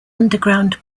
underground